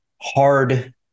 hard